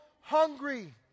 hungry